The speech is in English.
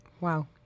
Wow